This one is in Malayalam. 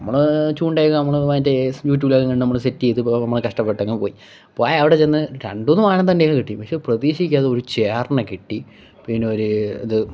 നമ്മൾ ചൂണ്ടേക്കെ നമ്മൾ മറ്റേ യുട്യൂബിലൊക്കെ കണ്ട് നമ്മൾ സെറ്റ് ചെയ്ത് നമ്മൾ കഷ്ടപ്പെട്ട് അങ് പോയി പോയി അവിടെ ചെന്ന് രണ്ടുമൂന്ന് മാനത്തണിയൊക്കെ കിട്ടി പക്ഷെ പ്രതീക്ഷിക്കാതെ ഒരു ചേറിനെ കിട്ടി പിന്നെ ഒരു ഇത്